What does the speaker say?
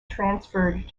transferred